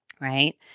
right